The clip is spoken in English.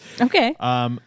Okay